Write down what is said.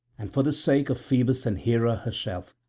and for the sake of phoebus and hera herself,